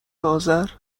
آذر